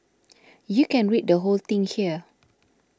you can read the whole thing here